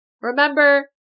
Remember